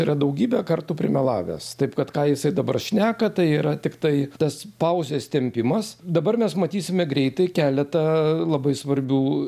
yra daugybę kartų primelavęs taip kad ką jisai dabar šneka tai yra tiktai tas pauzės tempimas dabar mes matysime greitai keletą labai svarbių